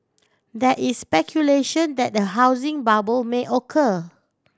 there is speculation that a housing bubble may occur